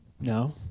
No